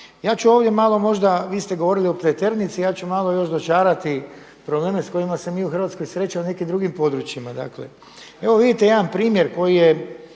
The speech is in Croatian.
Ja ću ovdje malo možda, vi ste govorili o Pleternici, ja ću još malo dočarati probleme s kojima se mi u Hrvatskoj srećemo u nekim drugim područjima. Evo vidite jedan primjer koji je